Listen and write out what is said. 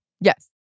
Yes